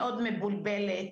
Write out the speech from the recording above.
מאוד מבולבלת,